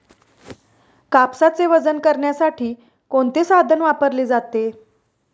कापसाचे वजन करण्यासाठी कोणते साधन वापरले जाते?